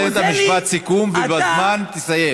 כדי שתיתן את משפט הסיכום ובזמן תסיים.